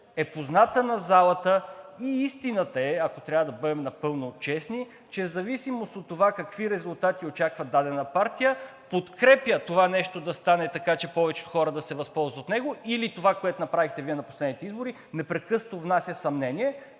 е позната на залата и истината е, ако трябва да бъдем напълно честни, че в зависимост от това какви резултати очаква дадена партия, подкрепя това нещо да стане, така че повече хора да се възползват от него, или това, което направихте Вие на последните избори, непрекъснато внася съмнение.